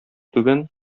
түбән